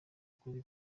ukuri